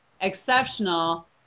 exceptional